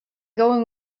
going